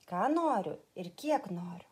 ką noriu ir kiek noriu